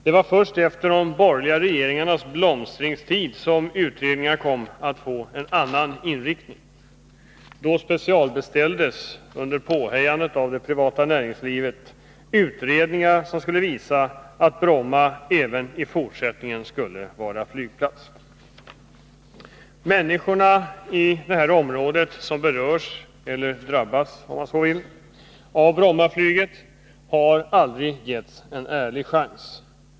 Det var först efter de borgerliga regeringarnas blomstringstid som utredningarna kom att få en annan inriktning. När vi hade borgerliga regeringar specialbeställdes — under påhejande från det privata näringslivet — utredningar som skulle visa att Bromma även i fortsättningen skulle vara flygplats. Människorna i området som berörs — eller drabbas, om man så vill — av Brommaflyget har aldrig fått. en ärlig chans.